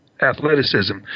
athleticism